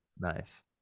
nice